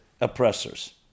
oppressors